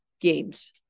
games